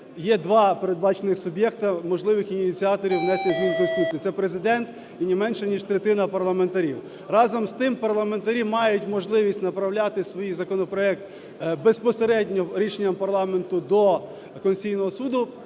є два передбачених суб'єкта можливих ініціаторів внесення змін до Конституції - це Президент і не менше ніж третина парламентарів. Разом з тим парламентарі мають можливість направляти свій законопроект безпосередньо рішенням парламенту до Конституційного Суду,